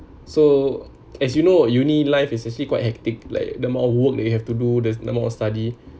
so as you know uni life is actually quite hectic like the amount of work that you have to do the amount of study